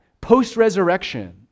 post-resurrection